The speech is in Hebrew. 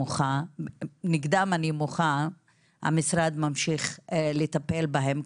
שנגדם אני מוחה המשרד ממשיך לטפל בהם,